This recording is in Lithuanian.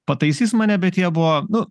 pataisys mane bet jie buvo nu